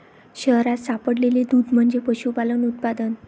शहरात सापडलेले दूध म्हणजे पशुपालन उत्पादन